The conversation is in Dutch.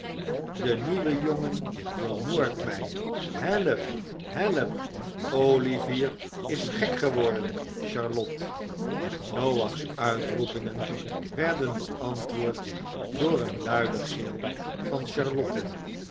de nieuwe jongen vermoordt mij help help olivier is gek geworden charlotte noach's uitroepingen werden beantwoord door een luiden gil van charlotte